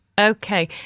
Okay